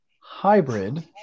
hybrid